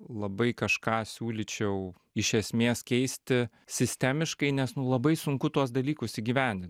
labai kažką siūlyčiau iš esmės keisti sistemiškai nes nu labai sunku tuos dalykus įgyvendin